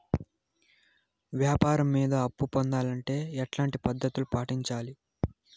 వ్యాపారం మీద అప్పు పొందాలంటే ఎట్లాంటి పద్ధతులు పాటించాలి?